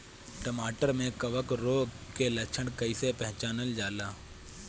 टमाटर मे कवक रोग के लक्षण कइसे पहचानल जाला?